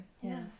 Yes